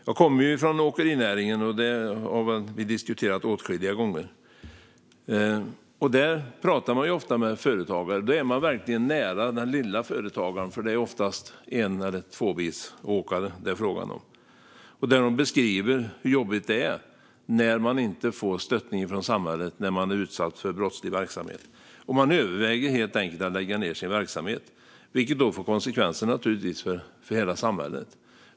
Jag kommer ju från åkerinäringen, som vi har diskuterat åtskilliga gånger, och jag pratar ofta med företagare där. Då kommer jag verkligen nära den lilla företagaren, för det är oftast bara en eller två åkare det är fråga om. De beskriver hur jobbigt det är att inte få stöttning från samhället när man är utsatt för brottslig verksamhet. Man överväger helt enkelt att lägga ned sin verksamhet, vilket naturligtvis får konsekvenser för hela samhället.